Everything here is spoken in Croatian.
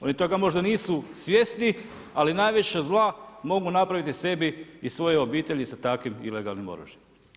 Oni toga možda nisu svjesni, ali najveća zla mogu napraviti sebi i svojoj obitelji sa takvim ilegalnim oružjem.